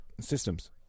Systems